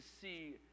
see